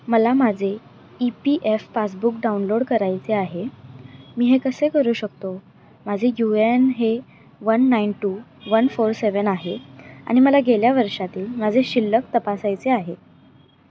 मला माझे E P F passbook download करायचे आहे मी हे कसे करू शकतो माझे यू ए एन हे one nine two one four seven आहे आणि मला गेल्या वर्षातील माझे शिल्लक तपासायचे आहे